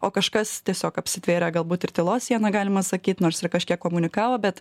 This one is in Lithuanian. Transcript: o kažkas tiesiog apsitvėrė galbūt ir tylos siena galima sakyt nors ir kažkiek komunikavo bet